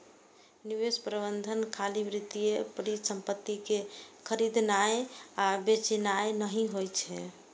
निवेश प्रबंधन खाली वित्तीय परिसंपत्ति कें खरीदनाय आ बेचनाय नहि होइ छै